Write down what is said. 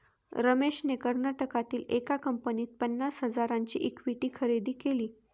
रमेशने कर्नाटकातील एका कंपनीत पन्नास हजारांची इक्विटी खरेदी केली